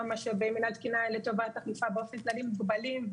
גם משאבי מינהל תקינה לטובת אכיפה באופן כללי מוגבלים,